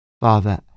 Father